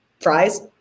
Fries